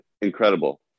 incredible